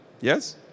Yes